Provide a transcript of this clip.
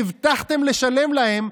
שהבטחתם לשלם להם,